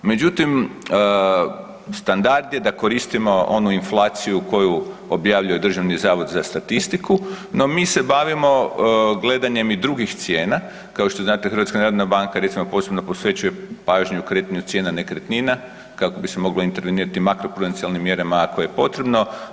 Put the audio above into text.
Međutim, standard je da koristimo onu inflaciju koju objavljuje Državni zavod za statistiku, no mi se bavimo gledanjem i drugih cijena, kao što znate HNB, recimo, posebno posvećuje pažnju kretnje cijena nekretnina, kako bi se moglo intervenirati makroprudencionalnim mjerama, ako je potrebno.